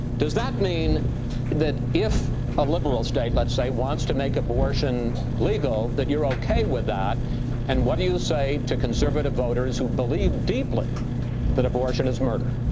does that mean that if a liberal state, let's say, wants to make abortion legal, that you're okay with that and what do you say to conservative voters who believe deeply that abortion is murder?